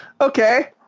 okay